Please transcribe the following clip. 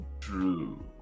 true